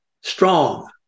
strong